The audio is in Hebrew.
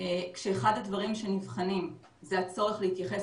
כשאחד הדברים שנבחנים זה הצורך באמת להתייחס